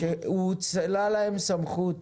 שהואצלה להן סמכות